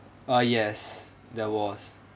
uh yes there was